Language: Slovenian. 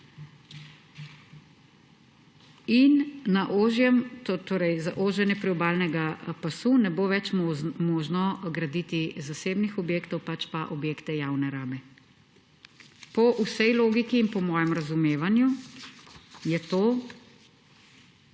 soglasje ‒ torej za oženje priobalnega pasu –, ne bo več možno graditi zasebnih objektov, pač pa objekte javne rabe. Po vsej logiki in po mojem razumevanju je to